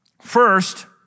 first